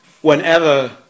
whenever